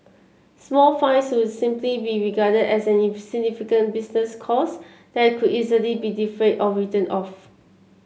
small fines would simply be regarded as an insignificant business cost that can easily be defrayed or written off